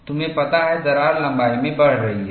तुम्हें पता है दरार लंबाई में बढ़ रही है